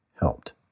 helped